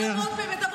בבקשה.